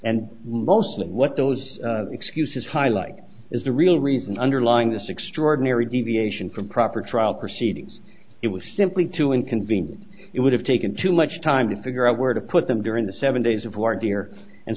and mostly what those excuses highlight is the real reason underlying this extraordinary deviation from proper trial proceedings it was simply too inconvenient it would have taken too much time to figure out where to put them during the seven days of war dear and